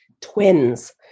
twins